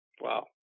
Wow